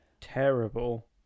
terrible